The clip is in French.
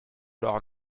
leur